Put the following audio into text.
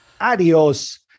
adios